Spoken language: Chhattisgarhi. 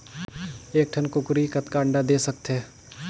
एक ठन कूकरी कतका अंडा दे सकथे?